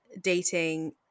dating